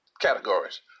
categories